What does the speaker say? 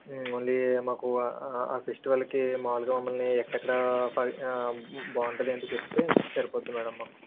only మాకు festival కి మాముల్గా మమ్మల్ని ఎక్కడెక్కడా బా బాగుంటుందని చెప్తే సరిపోద్ది మ్యాడం మాకు